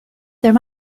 there